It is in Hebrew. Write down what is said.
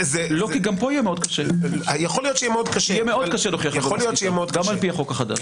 יהיה מאוד קשה גם לפי החוק החדש.